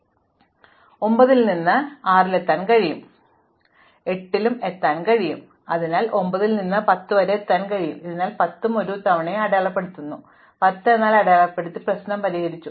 അവസാനമായി ഇതുവരെ പരിശോധിച്ചിട്ടില്ലാത്ത ശീർഷകം 9 ആണ് അതിനാൽ 9 ൽ നിന്ന് എനിക്ക് അറിയാവുന്ന 6 ൽ എത്താൻ കഴിയും 8 എനിക്കറിയാം കൂടാതെ ഒരു പുതിയ ശീർഷകം 10 ഉണ്ട് അതിനാൽ എനിക്ക് 9 ൽ നിന്ന് 10 ൽ എത്താൻ കഴിയും അതിനാൽ ഞാൻ 10 ഉം ഒരു തവണയും അടയാളപ്പെടുത്തുന്നു ഞാൻ 10 എന്ന് അടയാളപ്പെടുത്തി എന്റെ പ്രശ്നം പരിഹരിച്ചു